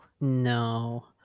No